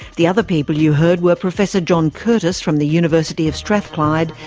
the other people you heard were professor john curtice from the university of strathclyde,